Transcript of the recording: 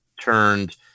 turned –